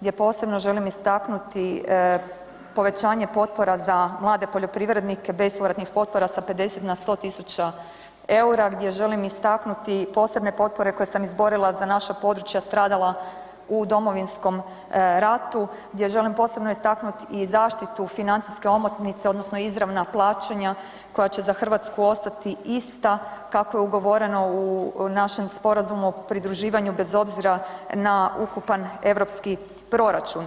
gdje posebno želim istaknuti povećanje potpora za mlade poljoprivrednike, bespovratnih potpora sa 50 na 100.000 EUR-a gdje želim istaknuti posebne potpore koje sam izborila za naša područja stradala u Domovinskom ratu, gdje želim posebno istaknuti i zaštitu financijske omotnice odnosno izravna plaćanja koje će za Hrvatsku ostati ista kako je ugovoreno u našem sporazumu o pridruživanju bez obzira na ukupan europski proračun.